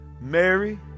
mary